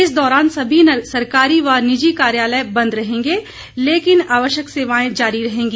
इस दौरान सभी सरकारी व निजी कार्यालय बंद रहेंगे लेकिन आवश्यक सेवाएं जारी रहेंगी